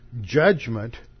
judgment